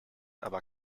aber